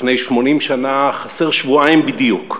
לפני 80 שנה חסר שבועיים בדיוק,